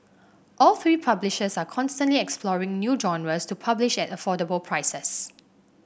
all three publishers are constantly exploring new genres to publish at affordable prices